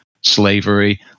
slavery